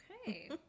Okay